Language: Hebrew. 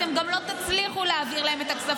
אתם גם לא תצליחו להעביר את הכספים,